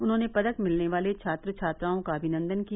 उन्होंने पदक मिलने वाले छात्र छात्राओं का अमिनन्दन किया